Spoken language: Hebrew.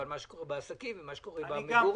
על מה שקורה בעסקים ומה שקורה במגורים,